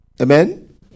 Amen